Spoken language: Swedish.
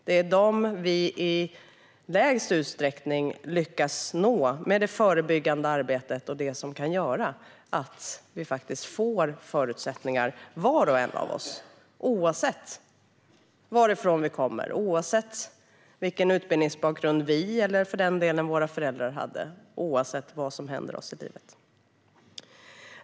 Det är dem vi i lägst utsträckning lyckas nå med det förebyggande arbetet och det som kan göra att var och en av oss får förutsättningar, oavsett varifrån vi kommer, vilken utbildningsbakgrund vi eller våra föräldrar har och vad som händer oss i livet.